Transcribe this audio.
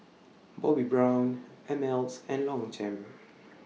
Bobbi Brown Ameltz and Longchamp